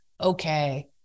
okay